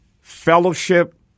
fellowship